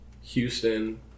Houston